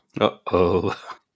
Uh-oh